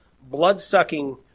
blood-sucking